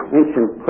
ancient